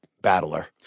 battler